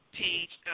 page